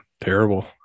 terrible